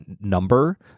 number